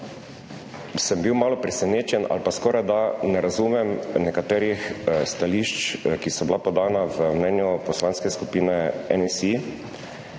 sem bil malo presenečen ali pa skorajda ne razumem nekaterih stališč, ki so bila podana v mnenju Poslanske skupine NSi